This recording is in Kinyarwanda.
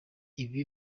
ibi